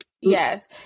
yes